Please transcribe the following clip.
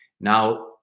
Now